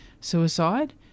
suicide